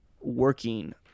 working